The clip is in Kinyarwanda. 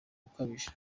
ukabije